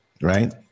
right